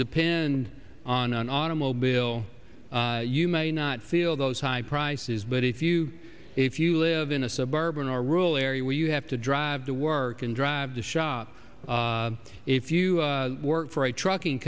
depend on an automobile you may not feel those high prices but if you if you live in a suburban or rural area where you i have to drive to work and drive to shop if you work for a trucking